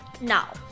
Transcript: Now